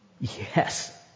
Yes